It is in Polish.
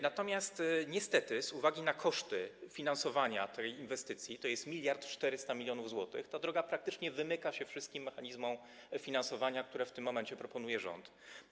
Natomiast niestety z uwagi na koszty finansowania tej inwestycji, tj. 1400 mln zł, ta droga praktycznie wymyka się wszystkim mechanizmom finansowania, które w tym momencie proponuje rząd.